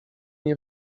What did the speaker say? nie